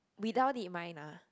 without it mine ah